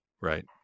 Right